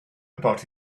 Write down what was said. about